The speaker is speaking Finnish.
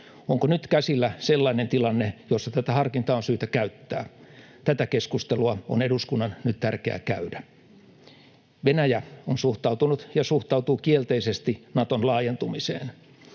Onko nyt käsillä sellainen tilanne, jossa tätä harkintaa on syytä käyttää? Tätä keskustelua on eduskunnan nyt tärkeää käydä. Venäjä on suhtautunut ja suhtautuu kielteisesti Naton laajentumiseen.